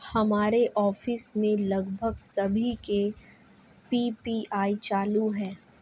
हमारे ऑफिस में लगभग सभी के पी.पी.आई चालू है